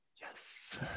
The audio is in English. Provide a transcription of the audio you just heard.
yes